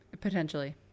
Potentially